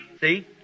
see